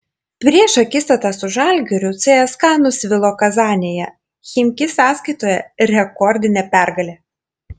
prieš akistatą su žalgiriu cska nusvilo kazanėje chimki sąskaitoje rekordinė pergalė